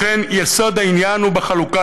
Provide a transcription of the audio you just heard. לכן, יסוד העניין הוא בחלוקה.